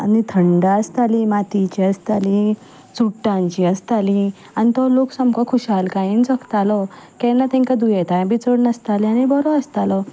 आनी थंडाय आसताली मातयेचीं आसतालीं चुडटांचीं आसतालीं आनी तो लोक सामको खुशालकायेन जगतालो केन्ना तेंकां दुयेंताय बी चड नासताली आनी बरो आसतालो